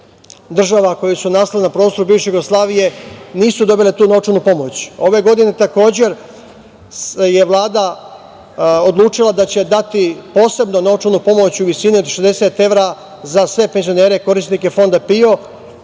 država koje su nastale na prostoru bivše Jugoslavije nisu dobili tu novčanu pomoć. Ove godine, takođe, je Vlada odlučila da će dati posebno novčanu pomoć u visini od 60 evra za sve penzionere korisnike Fonda PIO